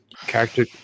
character